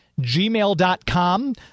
gmail.com